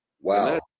Wow